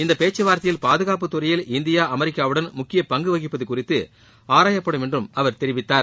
இந்த பேச்சுவார்த்தையில் பாதுகாப்பு துறையில் இந்தியா அமெரிக்காவுடன் முக்கிய பங்கு வகிப்பது குறித்து ஆராயப்படும் என்றும் அவர் தெரிவித்தார்